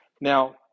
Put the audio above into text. now